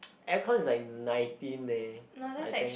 aircon is like nineteen eh I think